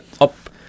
up